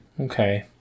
Okay